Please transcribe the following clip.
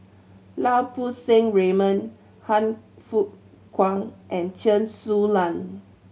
Lau Poo Seng Raymond Han Fook Kwang and Chen Su Lan